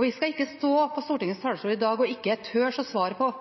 Vi skal ikke stå på Stortingets talerstol i dag og ikke tørre å svare på